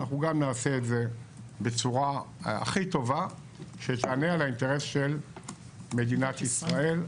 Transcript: אנחנו גם נעשה את זה בצורה הכי טובה שתענה על האינטרס של מדינת ישראל,